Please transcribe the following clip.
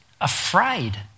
afraid